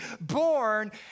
born